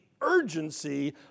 urgency